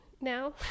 now